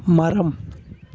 மரம்